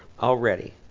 already